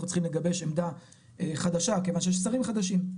צריכים לגבש עמדה חדשה כיוון שיש שרים חדשים,